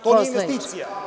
To nije investicija.